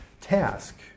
task